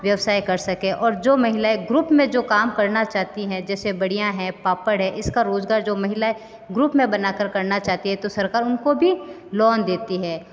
व्यवसाय कर सके और जो महिलाएँ ग्रुप में जो काम करना चाहती हैं जैसे बढ़ियाँ हैं पापड़ हैं इसका रोज़गार जो महिलाएँ ग्रुप में बना कर करना चाहती है तो सरकार उनको भी लोन देती है